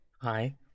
Hi